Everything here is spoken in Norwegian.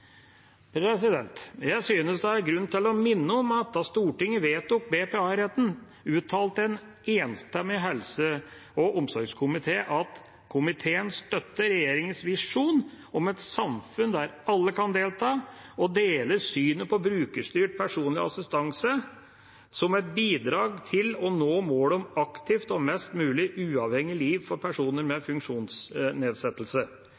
Jeg synes det er grunn til å minne om at da Stortinget vedtok BPA-retten, uttalte en enstemmig helse- og omsorgskomité: «Komiteen støtter regjeringens visjon om et samfunn der alle kan delta, og deler synet på brukerstyrt personlig assistanse som et bidrag til å nå målet om et aktivt og mest mulig uavhengig liv for personer